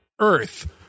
Earth